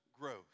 growth